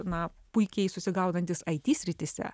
na puikiai susigaudantys it srityse